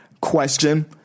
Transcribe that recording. question